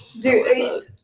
Dude